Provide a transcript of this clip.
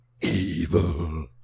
Evil